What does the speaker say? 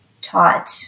taught